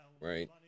right